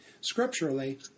scripturally